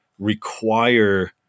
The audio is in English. require